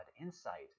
insight